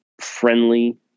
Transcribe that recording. friendly